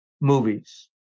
movies